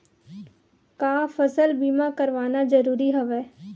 का फसल बीमा करवाना ज़रूरी हवय?